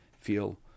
feel